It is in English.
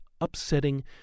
Upsetting